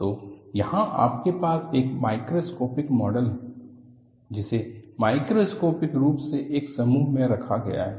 तो यहां आपके पास एक माइक्रोस्कोपिक मॉडल है जिसे मैक्रोस्कोपिक रूप मे एक समूह मे रखा गया है